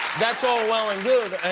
that's all well and good.